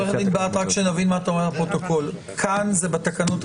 באנו ונתנו ביטוי לתפיסה